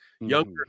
younger